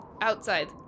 Outside